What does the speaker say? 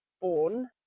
born